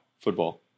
Football